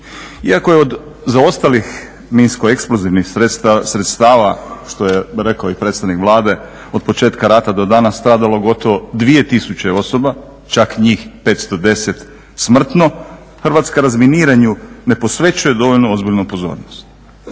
Iako je od zaostalih minsko-eksplozivnih sredstava što je rekao i predstavnik Vlada od početka rata do danas stradalo gotovo 2000 osoba, čak njih 510 smrtno, Hrvatska razminiranju ne posvećuje dovoljno ozbiljnu pozornost.